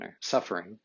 suffering